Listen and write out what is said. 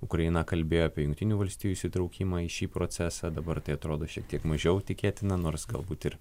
ukraina kalbėjo apie jungtinių valstijų įsitraukimą į šį procesą dabar tai atrodo šiek tiek mažiau tikėtina nors galbūt ir